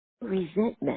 resentment